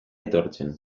etortzen